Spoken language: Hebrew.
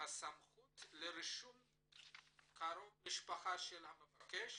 הסמכות לרישום קרוב משפחה של המבקש